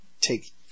take